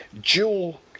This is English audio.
dual